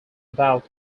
about